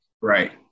Right